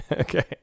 Okay